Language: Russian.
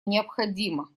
необходимо